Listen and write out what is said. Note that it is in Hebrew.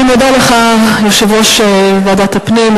אני מודה לך, יושב-ראש ועדת הפנים.